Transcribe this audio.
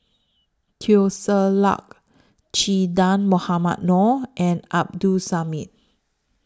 Teo Ser Luck Che Dah Mohamed Noor and Abdul Samad